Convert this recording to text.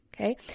Okay